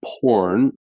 porn